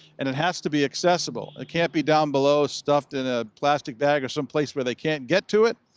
and it has to be accessible. it can't be down below, stuffed in a plastic bag or someplace where they can't get to it.